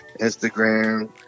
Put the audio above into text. Instagram